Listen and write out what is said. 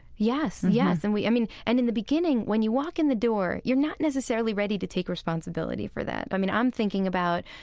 yes. yes. and we, i mean, and in the beginning, when you walk in the door, you're not necessarily ready to take responsibility for that. i mean, i'm thinking about,